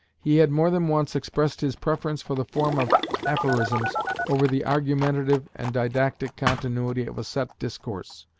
he had more than once expressed his preference for the form of aphorisms over the argumentative and didactic continuity of a set discourse.